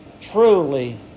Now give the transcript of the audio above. truly